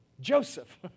Joseph